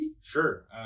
Sure